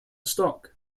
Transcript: stock